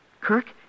Kirk